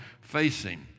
facing